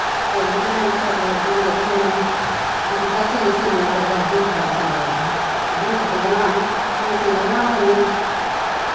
करेले बनाई लैन्नी करेले बनाइयै ते फिर में दिक्खनी साढ़ै सींए सींआं साढ़ै घरे अहें मिट्ठा बड़ा पसंद करदे महें मिट्ठा तूं बना अहें फिर में सींआं बनान लगी पौन्नी